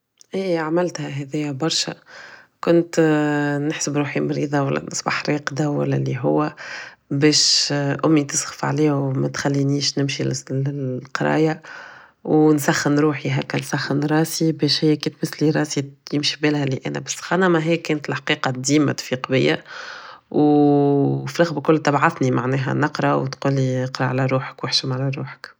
ايه عملت هاديا برشا كنت نحسب روحي مريضة ولا راقدة و لا اللي هو بش امي تسخف عليا و متخلينيش نمشي للقراية و نسخن روحي هكا نسخن راسي باش هي كي تمسلي راسي يمشي بالها اني انا بسخانة ماهي كانت الحقيقة ديما تفيق بيا و تبعتني نقرا و تقولي اقرا على روحك و احشم على روحك